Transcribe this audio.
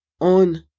on